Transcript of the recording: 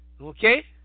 Okay